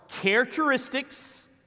characteristics